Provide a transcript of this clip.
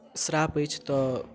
श्राप अछि तऽ